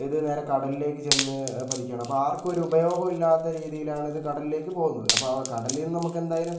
ഇത് നേരെ കടലിലേക്ക് ചെന്ന് പതിക്കുകയാണ് അപ്പോൾ ആർക്കും ഒരു ഉപയോഗം ഇല്ലാത്ത രീതിയിലാണ് ഇത് കടലിലേക്ക് പോകുന്നത് അപ്പോൾ കടലിൽനിന്ന് നമുക്കെന്തായാലും